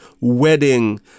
wedding